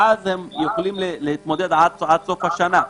ואז הם יכולים להתמודד עד סוף השנה.